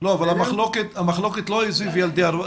אבל המחלוקת היא לא סביב ילדי הרווחה.